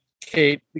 Kate